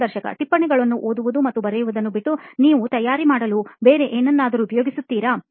ಸಂದರ್ಶಕ ಟಿಪ್ಪಣಿಗಳನ್ನು ಓದುವುದು ಮತ್ತು ಬರೆಯುವುದನ್ನು ಬಿಟ್ಟು ನೀವು ತಯಾರಿ ಮಾಡಲು ಬೇರೆ ಏನ್ನನಾದರೂ ಉಪಯೋಗಿಸುತ್ತೀರಾ